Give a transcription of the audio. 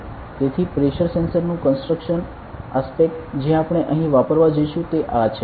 તેથી pressure sensor નું construction aspects જે આપણે અહીં વાપરવા જઈશું તે આ છે